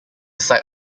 site